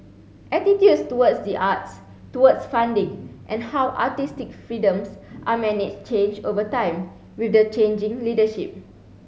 attitudes towards the arts towards funding and how artistic freedoms are managed change over time with the changing leadership